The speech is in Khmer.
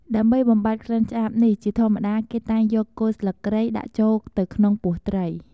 ដើម្បីបំបាត់ក្លិនឆ្អាបនេះ ជាធម្មតាគេតែងយកគល់ស្លឹកគ្រៃដាក់ចូលទៅក្នុងពោះត្រី។